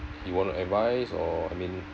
you want to advise or I mean